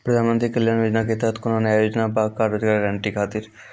प्रधानमंत्री कल्याण योजना के तहत कोनो नया योजना बा का रोजगार गारंटी खातिर?